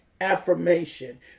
affirmation